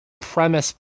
premise